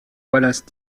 wallace